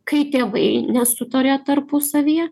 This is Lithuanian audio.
kai tėvai nesutaria tarpusavyje